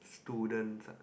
students ah